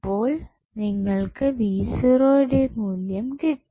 ഇപ്പോൾ നിങ്ങൾക്ക് യുടെ മൂല്യം കിട്ടി